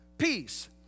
Peace